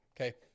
Okay